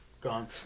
gone